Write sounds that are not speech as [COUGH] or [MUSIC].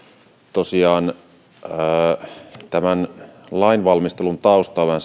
tosiaan tämän lainvalmistelun taustalla [UNINTELLIGIBLE]